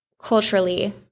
culturally